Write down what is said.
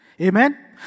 Amen